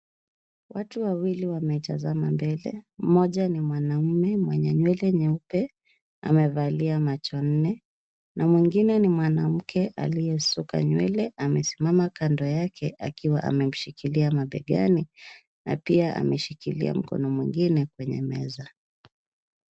Watu wawili wametazama mbele. Mmoja ni mwanaume mwenye nywele nyeupe, amevalia macho nne, na mwingine ni mwanamke aliyesuka nywele. Amesimama kando yake akiwa amemshikilia mabegani na pia ameshikilia mkono mwingine kwenye meza.